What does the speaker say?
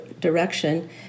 direction